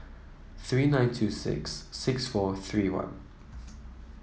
three nine two six six four three one